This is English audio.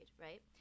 right